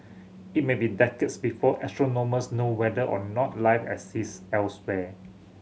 it may be decades before astronomers know whether or not life exists elsewhere